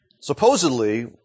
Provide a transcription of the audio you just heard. Supposedly